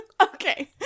Okay